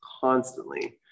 constantly